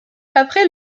après